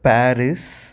Paris